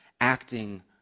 acting